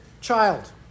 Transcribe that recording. child